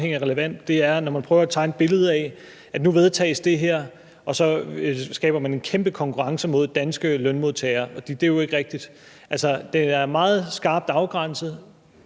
nemlig når man prøver at tegne et billede af, at nu vedtages det her, og så skaber man en kæmpe konkurrence mod danske lønmodtagere. Det er jo ikke rigtigt. Det er meget skarpt afgrænset.